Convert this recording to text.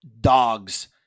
Dogs